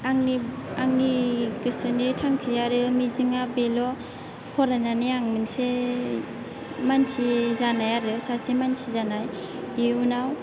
आंनि आंनि गोसोनि थांखि आरो मिजिङा बेल' फरायनानै आं मोनसे मानसि जानाय आरो सासे मानसि जानाय इउनाव